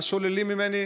מה שוללים ממני,